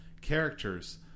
characters